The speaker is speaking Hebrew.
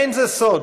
אין זה סוד